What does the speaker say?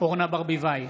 אורנה ברביבאי,